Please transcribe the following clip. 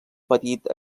petit